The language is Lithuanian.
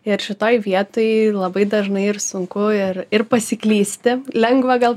ir šitoj vietoj labai dažnai ir sunku ir ir pasiklysti lengva gal